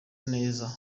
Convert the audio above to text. neza